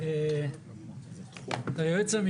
זה כמו שרוני לא היה יכול להיות מועסק במשרד